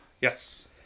Yes